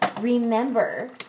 remember